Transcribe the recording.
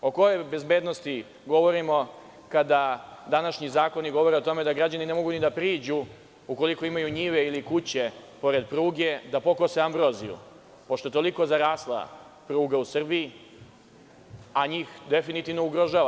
O kojoj bezbednosti govorimo kada današnji zakoni govore o tome da građani ne mogu ni da priđu, ukoliko imaju njive ili kuće pored pruge, da pokose ambroziju, pošto je toliko zarasla pruga u Srbiji, a njih definitivno ugrožava.